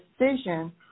decision